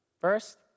first